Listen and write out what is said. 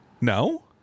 No